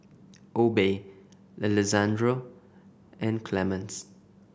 Obe Alessandro and Clemence